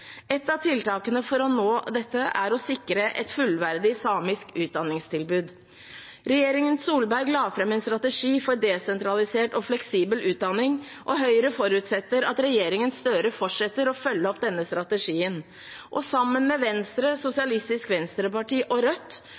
av tiltakene for å nå dette er å sikre et fullverdig samisk utdanningstilbud. Regjeringen Solberg la fram en strategi for desentralisert og fleksibel utdanning, og Høyre forutsetter at regjeringen Støre fortsetter å følge opp denne strategien. Sammen med Venstre, Sosialistisk Venstreparti og Rødt